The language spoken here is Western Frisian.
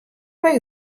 mei